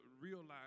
realize